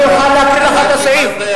אני אוכל לקרוא לך את הסעיף,